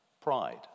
pride